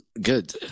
good